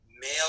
male